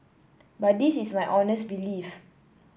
but this is my honest belief